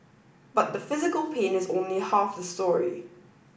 but the physical pain is only half the story